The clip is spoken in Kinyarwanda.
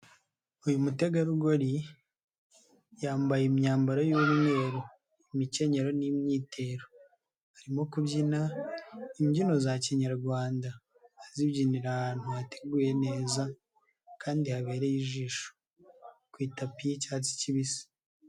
Uyu mutegarugori yambaye imyambaro y'umweru imikenyero n'imyitero, arimo kubyina imbyino za kinyarwanda azibyinira ahantu hateguye neza kandi habereye ijisho ku itapi y'icyatsi kibisi.